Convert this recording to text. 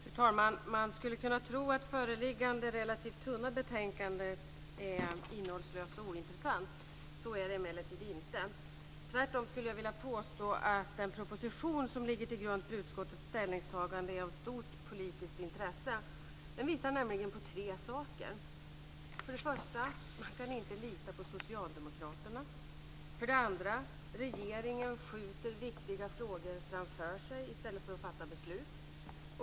Fru talman! Man skulle kunna tro att föreliggande relativt tunna betänkande är innehållslöst och ointressant. Så är det emellertid inte. Tvärtom skulle jag vilja påstå att den proposition som ligger till grund för utskottets ställningstagande är av stort politiskt intresse. Den visar nämligen på tre saker. För det första att det inte går att lita på socialdemokraterna. För det andra att regeringen skjuter viktiga frågor framför sig i stället för att fatta beslut.